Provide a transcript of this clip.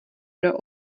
pro